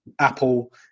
Apple